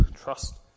Trust